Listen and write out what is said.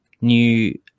new